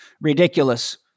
ridiculous